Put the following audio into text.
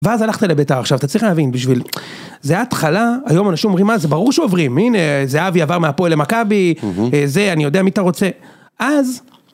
ואז הלכת לביתר, עכשיו אתה צריך להבין בשביל.. זה היה התחלה, היום אנשים אומרים מה זה ברור שעוברים, הנה זהבי עבר מהפועל למכבי, זה אני יודע מי אתה רוצה, אז.